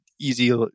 easy